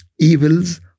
evils